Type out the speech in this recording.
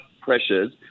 pressures